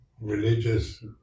religious